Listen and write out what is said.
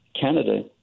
Canada